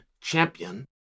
champion